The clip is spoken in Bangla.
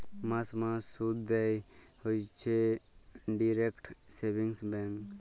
মাস মাস শুধ দেয় হইছে ডিইরেক্ট সেভিংস ব্যাঙ্ক